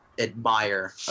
admire